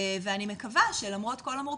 ואני מקווה שלמרות כל המורכבות,